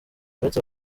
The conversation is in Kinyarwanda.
uretse